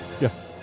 yes